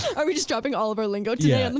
are we just dropping all of our lingo today? and and